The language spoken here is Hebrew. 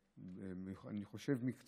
אני חושב, מקצועיים,